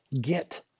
Get